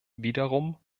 wiederum